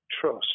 trust